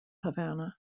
havana